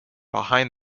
behind